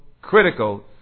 Critical